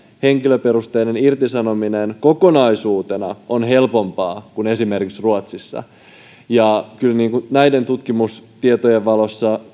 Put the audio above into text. henkilöperusteinen irtisanominen kokonaisuutena on suomessa helpompaa kuin esimerkiksi ruotsissa näiden tutkimustietojen valossa